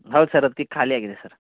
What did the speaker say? ಹೌದು ಸರ್ ಅದಕ್ಕೆ ಖಾಲಿ ಆಗಿದೆ ಸರ್